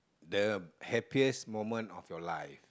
the happiest moment of your life